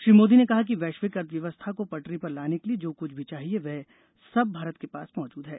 श्री मोदी ने कहा कि वैश्विक अर्थव्यवस्था को पटरी पर लाने के लिए जो कुछ भी चाहिए वह सब भारत के पास मौजूद है